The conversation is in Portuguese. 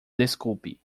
desculpe